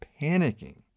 panicking